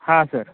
हां सर